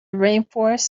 rainforests